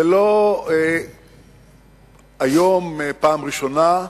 זה לא היום בפעם הראשונה,